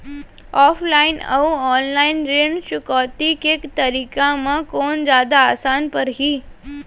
Offline अऊ online ऋण चुकौती के तरीका म कोन जादा आसान परही?